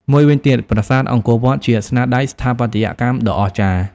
មួយវិញទៀត ប្រាសាទអង្គរវត្ត ជាស្នាដៃស្ថាបត្យកម្មដ៏អស្ចារ្យ។